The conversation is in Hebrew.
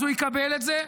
הוא יקבל את זה,